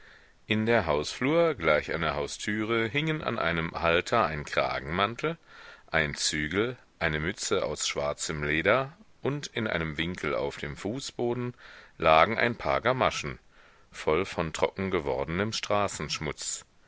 in der hausflur gleich an der haustüre hingen an einem halter ein kragenmantel ein zügel eine mütze aus schwarzem leder und in einem winkel auf dem fußboden lagen ein paar gamaschen voll von trocken gewordnem straßenschmutz